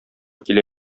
килә